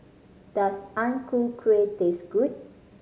does Ang Ku Kueh taste good